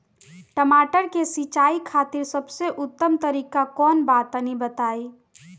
टमाटर के सिंचाई खातिर सबसे उत्तम तरीका कौंन बा तनि बताई?